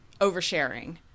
oversharing